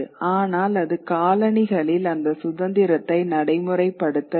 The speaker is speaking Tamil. ஆனால் அது காலனிகளில் அந்த சுதந்திரத்தை நடைமுறைப்படுத்தவில்லை